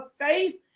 faith